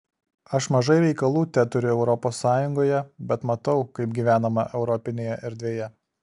aš mažai reikalų teturiu europos sąjungoje bet matau kaip gyvenama europinėje erdvėje